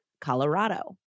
Colorado